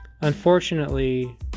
unfortunately